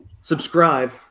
Subscribe